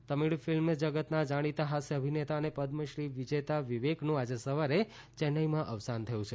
વિવેક Tamil film જગતના જાણીતા હાસ્ય અભિનેતા અને પદ્મશ્રી વિજેતા વિવેકનું આજે સવારે ચૈન્નઇમાં અવસાન થયું છે